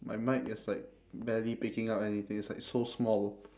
my mic is like barely picking up anything it's like so small